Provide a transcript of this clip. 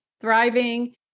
thriving